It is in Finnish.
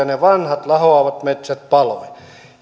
ne vanhat lahoavat metsät jotka aiheuttivat päästöjä paloivat